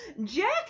Jack